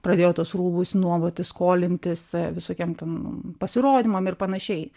pradėjo tuos rūbus nuomotis skolintis visokiem ten pasirodymam ir panašiai